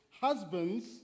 Husbands